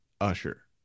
Usher